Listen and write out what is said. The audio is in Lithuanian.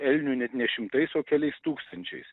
elnių net ne šimtais o keliais tūkstančiais